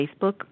Facebook